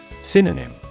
Synonym